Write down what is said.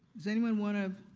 does anyone want to,